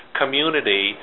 community